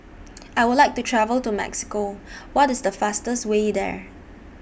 I Would like to travel to Mexico What IS The fastest Way There